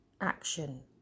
action